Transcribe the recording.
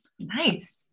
Nice